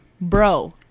Bro